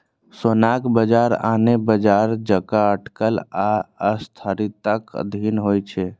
सोनाक बाजार आने बाजार जकां अटकल आ अस्थिरताक अधीन होइ छै